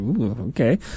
Okay